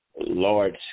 large